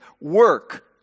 work